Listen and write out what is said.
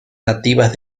nativas